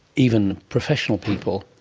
even professional people,